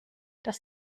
das